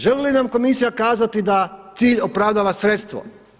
Želi li nam komisija kazati da cilj opravdava sredstvo?